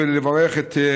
גברתי היושבת-ראש,